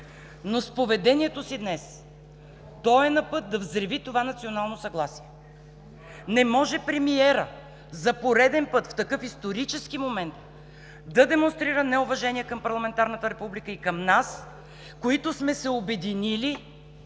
но с поведението си днес е на път да взриви това национално съгласие. Не може премиерът за пореден път, в такъв исторически момент, да демонстрира неуважение към парламентарната република и към нас, които сме се обединили,